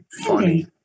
funny